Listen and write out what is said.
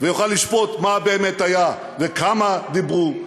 ויוכל לשפוט מה באמת היה וכמה דיברו,